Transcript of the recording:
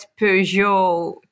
Peugeot